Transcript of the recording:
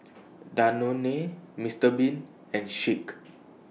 Danone Mister Bean and Schick